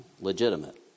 legitimate